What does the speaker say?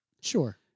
Sure